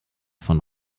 von